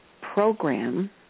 program